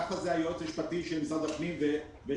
כך מהיועץ המשפטי של משרד הפנים והממשלה.